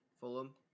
Fulham